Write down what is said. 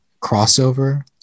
crossover